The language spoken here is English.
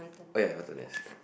oh ya also that's it